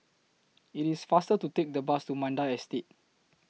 IT IS faster to Take The Bus to Mandai Estate